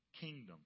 kingdom